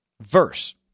verse